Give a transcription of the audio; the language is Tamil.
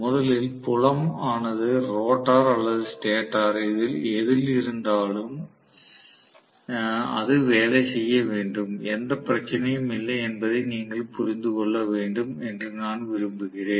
முதலில் புலம் ஆனது ரோட்டார் அல்லது ஸ்டேட்டர் இதில் இருந்தாலும் அது வேலை செய்ய வேண்டும் எந்த பிரச்சனையும் இல்லை என்பதை நீங்கள் புரிந்து கொள்ள வேண்டும் என்று நான் விரும்புகிறேன்